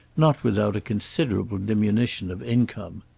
not without a considerable diminution of income.